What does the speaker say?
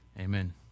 Amen